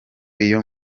iyo